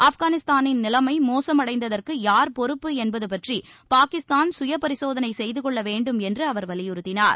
ஆப்கானிஸ்தானில் நிலைமை மோசமடைந்ததற்கு யார் பொறுப்பு என்பது பற்றி பாகிஸ்தான் கய பரிசோதனை செய்து கொள்ள வேண்டும் என்று அவர் வலியுறுத்தினார்